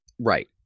Right